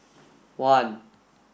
one